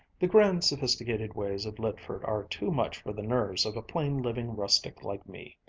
the grand, sophisticated ways of lydford are too much for the nerves of a plain-living rustic like me.